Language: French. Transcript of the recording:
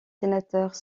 sénateurs